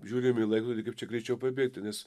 žiūrim į laikrodį kaip čia greičiau pabėgti nes